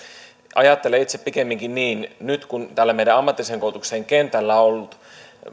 ajattelen itse pikemminkin niin että nyt kun täällä meidän ammatillisen koulutuksen kentällä on ollut